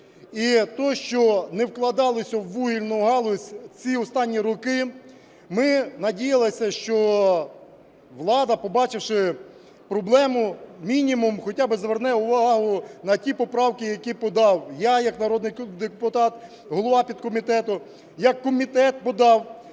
І те, що не вкладалося у вугільну галузь ці останні роки, ми надіялися, що влада, побачивши проблему, мінімум хоча б зверне увагу на ті поправки, які подав я як народний депутат, голова підкомітету, які комітет подав,